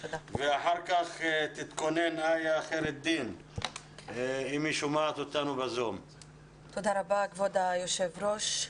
תודה רבה כבוד היושב ראש.